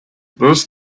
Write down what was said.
this